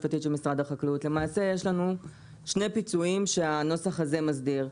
למעשה יש לנו שני פיצויים שהנוסח הזה מסדיר.